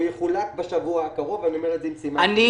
הוא יחולק בשבוע הקרוב ואני אומר את זה עם סימן קריאה.